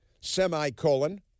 semicolon